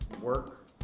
Work